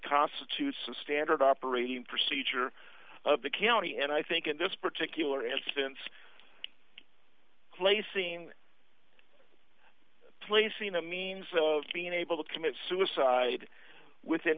constitutes a standard operating procedure of the county and i think in this particular instance placing placing a means of being able to commit suicide within